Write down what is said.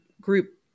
group